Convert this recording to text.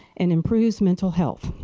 and improves mental health.